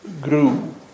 grew